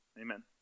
Amen